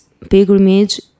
pilgrimage